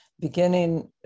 beginning